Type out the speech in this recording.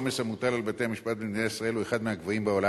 העומס המוטל על בתי-המשפט במדינת ישראל הוא מהגבוהים בעולם.